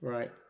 Right